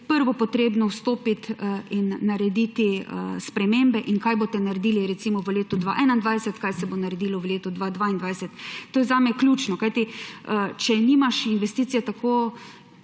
najprej vstopiti in narediti spremembe? Kaj boste naredili recimo v letu 2021, kaj se bo naredilo v letu 2022? To je zame ključno, kajti če nimaš investicij